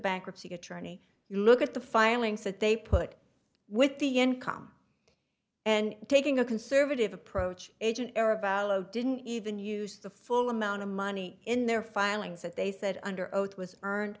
bankruptcy attorney you look at the filings that they put with the end com and taking a conservative approach are about low didn't even use the full amount of money in their filings that they said under oath was